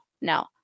no